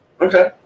Okay